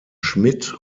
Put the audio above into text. schmidt